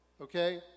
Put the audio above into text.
okay